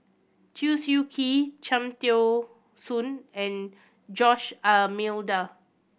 Chew Swee Kee Cham Tao Soon and Jose D'Almeida